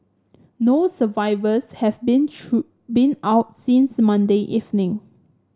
no survivors have been true been out since Monday evening